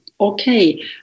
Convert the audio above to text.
okay